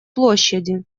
площади